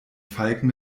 falken